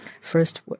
first